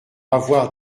avoir